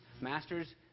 masters